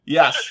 Yes